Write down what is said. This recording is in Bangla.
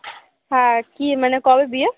হ্যাঁ কি মানে কবে বিয়ে